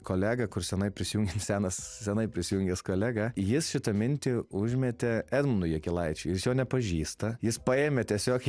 kolega kuris tenai prisijungęs senas senai prisijungęs kolega jis šitą mintį užmetė edmundui jakilaičiui jis jo nepažįsta jis paėmė tiesiog